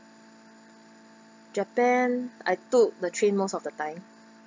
japan I took the train most of the time